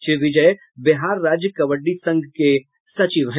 श्री विजय बिहार राज्य कबड्डी संघ के सचिव हैं